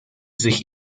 sich